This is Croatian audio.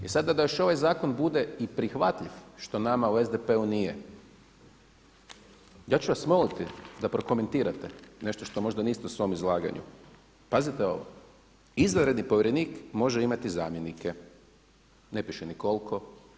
I sada da još ovaj zakon bude i prihvatljiv, što nama u SDP-u nije, ja ću vas moliti da prokomentirate nešto što možda niste u svom izlaganju, pazite ovo, izvanredni povjerenik može imati zamjenike, ne piše ni koliko.